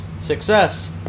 Success